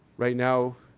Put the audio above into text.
right now.